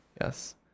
Yes